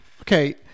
okay